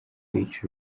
beach